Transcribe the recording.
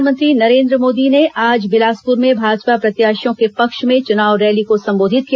प्रधानमंत्री नरेन्द्र मोदी ने आज बिलासपुर में भाजपा प्रत्याशियों के पक्ष में चुनाव रैली को संबोधित किया